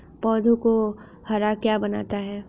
पौधों को हरा क्या बनाता है?